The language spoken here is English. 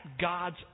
God's